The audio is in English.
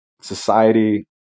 society